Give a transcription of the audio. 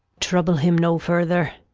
trouble him no farther,